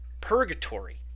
purgatory